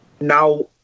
now